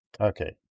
Okay